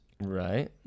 right